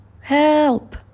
help